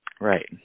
Right